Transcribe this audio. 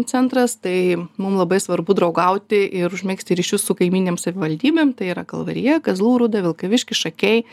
centras tai mum labai svarbu draugauti ir užmegzti ryšius su kaimyninėm savivaldybėm tai yra kalvarija kazlų rūda vilkaviškis šakiai